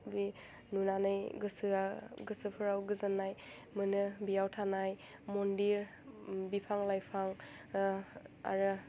बि नुनानै गोसोआ गोसोफ्राव गोजोन्नाय मोनो बेयाव थानाय मन्दिर बिफां लाइफां आरो